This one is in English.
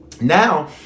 Now